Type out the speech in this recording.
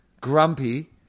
grumpy